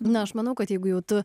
nu aš manau kad jeigu jau tu